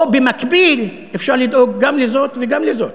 או במקביל אפשר לדאוג גם לזאת וגם לזאת,